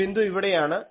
ആ ബിന്ദു ഇവിടെയാണ്